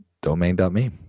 domain.me